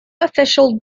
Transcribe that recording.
official